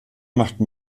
machten